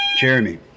Jeremy